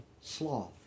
sloth